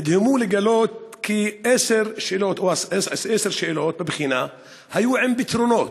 נדהמו לגלות כי עשר שאלות בבחינה היו עם פתרונות,